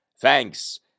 Thanks